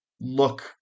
look